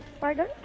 Pardon